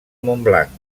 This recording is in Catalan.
montblanc